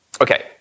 Okay